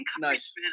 nice